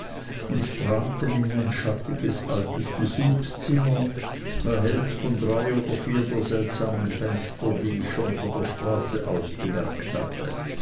und traten in ein schattiges altes besuchszimmer erhellt von drei oder vier der seltsamen fenster die ich schon von der straße aus bemerkt hatte